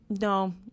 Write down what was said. no